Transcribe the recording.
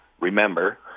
remember